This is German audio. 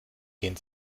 gehen